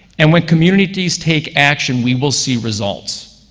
and when communities take action, we will see results.